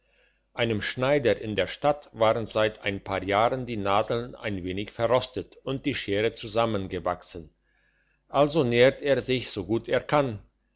einem schneider in der stadt waren seit ein paar jahren die nadeln ein wenig verrostet und die schere zusammengewachsen also nährt er sich so gut er kann